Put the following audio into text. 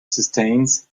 sustains